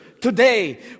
today